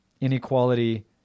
inequality